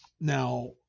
now